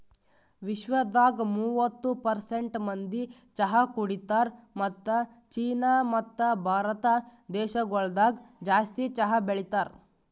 ವಿಶ್ವದಾಗ್ ಮೂವತ್ತು ಪರ್ಸೆಂಟ್ ಮಂದಿ ಚಹಾ ಕುಡಿತಾರ್ ಮತ್ತ ಚೀನಾ ಮತ್ತ ಭಾರತ ದೇಶಗೊಳ್ದಾಗ್ ಜಾಸ್ತಿ ಚಹಾ ಬೆಳಿತಾರ್